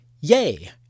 yay